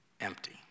empty